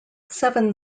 seven